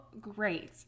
great